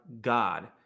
God